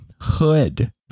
Hood